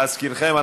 להזכירכם,